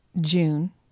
June